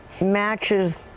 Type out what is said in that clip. matches